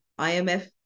IMF